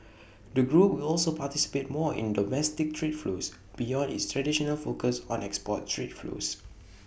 the group will also participate more in domestic trade flows beyond its traditional focus on export trade flows